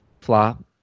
flop